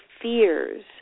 fears